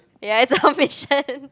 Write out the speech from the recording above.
yeah it's our mission